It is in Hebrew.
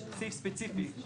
יש סעיף ספציפי,